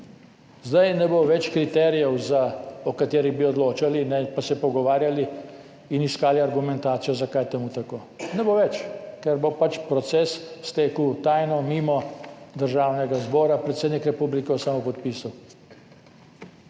Zdaj ne bo več kriterijev, o katerih bi odločali pa se pogovarjali in iskali argumentacijo, zakaj je to tako. Ne bo več, ker bo pač proces stekel tajno, mimo Državnega zbora, predsednik republike bo samo podpisal.